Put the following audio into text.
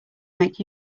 make